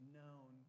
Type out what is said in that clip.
known